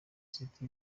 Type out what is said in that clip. city